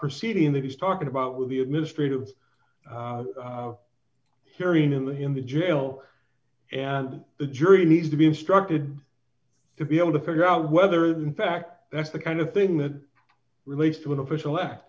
proceeding that he's talking about with the administrative hearing in the in the jail and the jury needs to be instructed to be able to figure out whether is in fact that's the kind of thing that relates to an official act